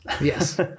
Yes